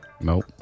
Nope